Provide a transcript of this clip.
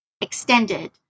extended